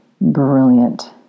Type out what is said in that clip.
brilliant